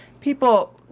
people